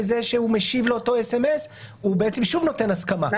בזה שהוא משיב לאותו אס.אמ.אס הוא בעצם שוב נותן הסכמה.